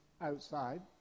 outside